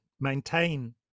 maintain